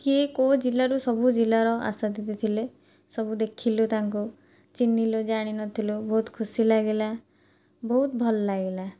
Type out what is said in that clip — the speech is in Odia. କିଏ କୋଉ ଜିଲ୍ଲାରୁ ସବୁ ଜିଲ୍ଲାର ଆଶା ଦିଦି ଥିଲେ ସବୁ ଦେଖିଲୁ ତାଙ୍କୁ ଚିହ୍ନିଲୁ ଜାଣି ନଥିଲୁ ବହୁତ ଖୁସି ଲାଗିଲା ବହୁତ ଭଲ ଲାଗିଲା